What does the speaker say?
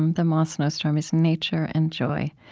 um the moth snowstorm, is nature and joy.